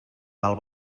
val